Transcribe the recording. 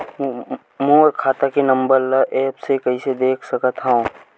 मोर खाता के नंबर ल एप्प से कइसे देख सकत हव?